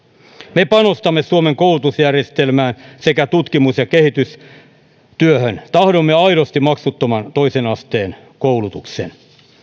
me panostamme suomen koulutusjärjestelmään sekä tutkimus ja kehitystyöhön tahdomme aidosti maksuttoman toisen asteen koulutuksen